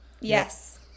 yes